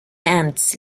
ants